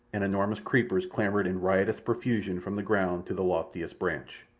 and enormous creepers clambered in riotous profusion from the ground to the loftiest branch,